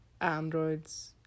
androids